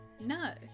no